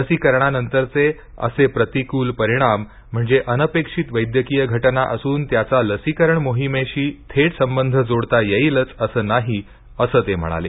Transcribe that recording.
लसीकरणानंतरचे असे प्रतिकूल परिणाम म्हणजे अनपेक्षित वैद्यकीय घटना असून त्याचा लसीकरण मोहिमेशी थेट संबंध जोडता येईलच असे नाही असे ते म्हणाले